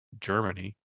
Germany